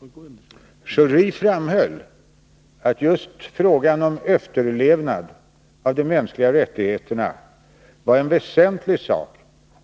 Kabinettssekreterare Schori framhöll då att just frågan om efterlevnaden av de mänskliga rättigheterna var en väsentlig sak